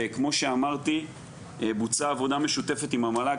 וכמו שאמרתי בוצעה עבודה משותפת עם המל"ג,